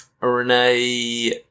renee